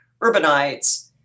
urbanites